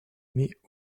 mets